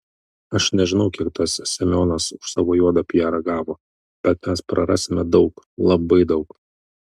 aš nežinau kiek tas semionas už savo juodą piarą gavo bet mes prarasime daug labai daug